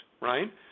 right